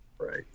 Right